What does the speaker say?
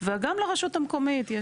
וגם לרשות המקומית.